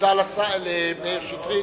תודה למאיר שטרית.